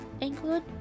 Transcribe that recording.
include